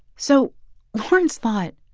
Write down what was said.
so lawrence thought,